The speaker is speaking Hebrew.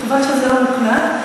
חבל שזה לא מוקלט,